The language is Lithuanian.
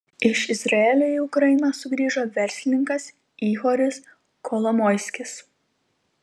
iš izraelio į ukrainą sugrįžo verslininkas ihoris kolomoiskis